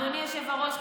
אדוני היושב-ראש,